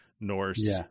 Norse